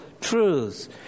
truths